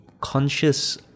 conscious